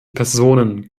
personen